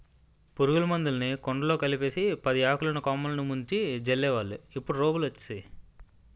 పురుగుల మందులుని కుండలో కలిపేసి పదియాకులున్న కొమ్మలిని ముంచి జల్లేవాళ్ళు ఇప్పుడు రోబోలు వచ్చేసేయ్